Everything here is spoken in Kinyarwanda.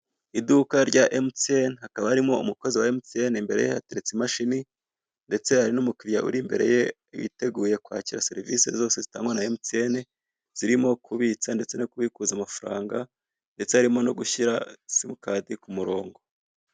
Iduka rya emitsiyene hakaba harimo umukozi wa emutsiyene imbere ye hateretse imashini, hari n'umukiriya uri imbere ye witegura kwakira serivise zose emutsiyene, ziromo kubitsa ndetse no kubikuza amafaranga, ndetse harimo no gusahyira simukadi ku murongo.